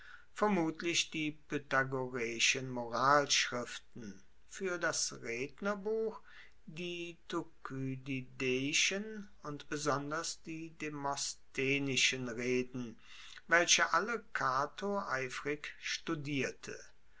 vermutlich die pythagoreischen moralschriften fuer das rednerbuch die thukydideischen und besonders die demosthenischen reden welche alle cato eifrig studierte